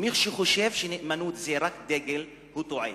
מי שחושב שנאמנות זה רק דגל, טועה.